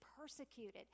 persecuted